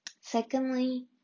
Secondly